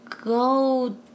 go